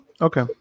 Okay